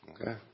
okay